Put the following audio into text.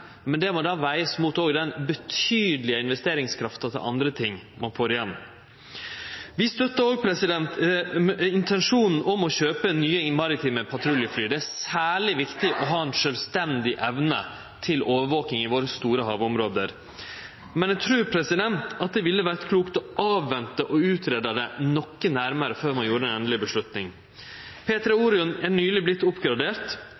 men det må vegast mot den betydelege investeringskrafta ein får igjen til anna. Vi støttar òg intensjonen om å kjøpe inn nye maritime patruljefly. Det er særleg viktig å ha ei sjølvstendig evne til overvaking i dei store havområda våre. Men eg trur det ville vore klokt å avvente og greie det ut noko nærmare før ein